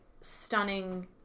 stunning